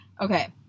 Okay